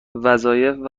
وظایف